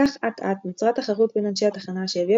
כך אט אט נוצרה תחרות בין אנשי התחנה שהביאה